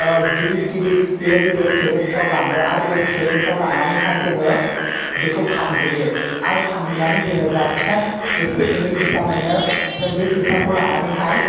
गिदिर गिदिर बेबायदि रेसटुरेन्टफ्राव लाङो आरो रेसटुरेन्टफ्राव लांनानैहाय जों बेखौ फानहैयो आरो फानहैनानै जों जा फिसा एसे एनै फैसा मोनो जों बे फैसाखौ लानानैहाय